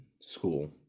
school